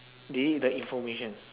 delete the information